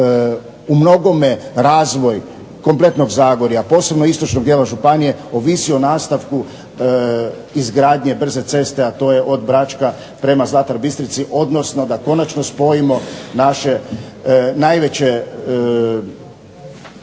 u mnogome razvoj kompletnog Zagorja, posebno istočno dijela županije ovisi o nastavku izgradnje brze ceste, a to je od Bračka prema Zlatar Bistrici, odnosno da konačno spojimo naše najveće